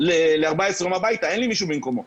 ל-14 יום הביתה, אין לי מישהו במקומו.